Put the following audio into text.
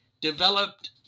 developed